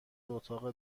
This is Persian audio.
اتاق